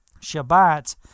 Shabbat